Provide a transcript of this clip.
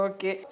Okay